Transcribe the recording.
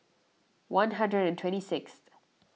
one hundred and twenty sixth